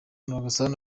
rwagasana